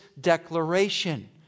declaration